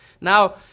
Now